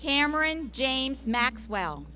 cameron james maxwell